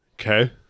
Okay